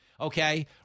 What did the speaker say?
okay